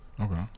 Okay